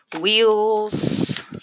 wheels